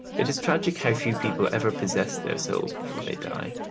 it is tragic how few people ever possess their souls before they die.